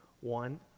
one